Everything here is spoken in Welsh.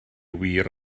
wir